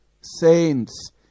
saints